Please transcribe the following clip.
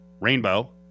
rainbow